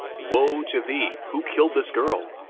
woe to thee! who killed this girl?